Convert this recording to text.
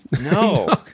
no